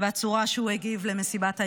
והצורה שהוא הגיב במסיבת העיתונאים.